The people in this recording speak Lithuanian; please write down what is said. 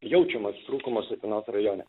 jaučiamas trūkumas utenos rajone